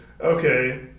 okay